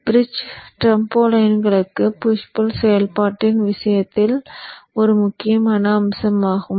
bridge டிராம்போலைன்களுக்கான push pull செயல்பாட்டின் விஷயத்தில் இது முக்கியமான அம்சமாகும்